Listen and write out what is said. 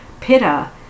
Pitta